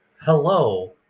Hello